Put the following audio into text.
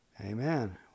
Amen